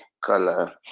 color